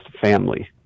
family